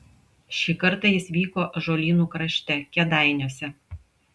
šį kartą jis vyko ąžuolynų krašte kėdainiuose